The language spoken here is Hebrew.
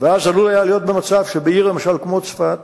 ואז עלול היה להיות מצב שבעיר למשל כמו צפת